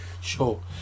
sure